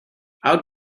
out